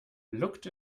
looked